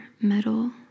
metal